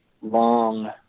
long